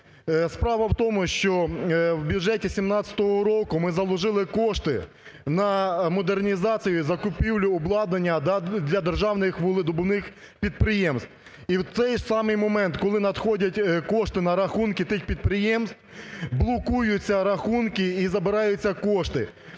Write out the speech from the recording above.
Справа в тому, що в бюджеті 17-го року ми заложили кошти на модернізацію і закупівлю обладнання для державних вугледобувних підприємств. І в цей самий момент, коли надходять кошти на рахунки тих підприємств, блокуються рахунки і забираються кошти.